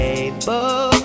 able